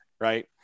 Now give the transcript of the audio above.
right